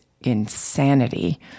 insanity